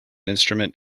instrument